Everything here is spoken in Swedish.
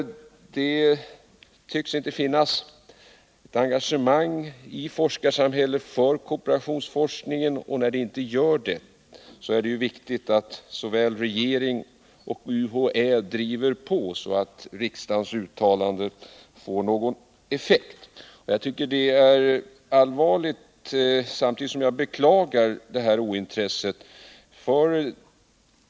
Det tycks inte finnas ett engagemang i forskarsamhället för kooperationsforskningen, och när det inte gör det är det viktigt att såväl regeringen som UHÄ driver på, så att riksdagens uttalande får någon effekt. Jag beklagar ointresset för den här företagsformen, och jag tycker det är allvarligt att det är på detta sätt.